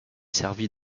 servit